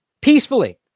peacefully